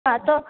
હા તો